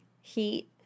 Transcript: Heat